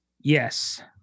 Yes